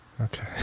okay